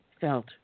felt